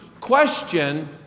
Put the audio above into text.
question